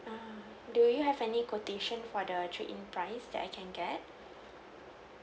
uh do you have any quotation for the trade in price that I can get